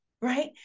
right